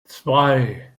zwei